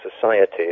society